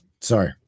sorry